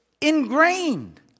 ingrained